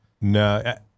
No